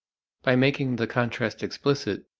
by making the contrast explicit,